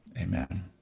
Amen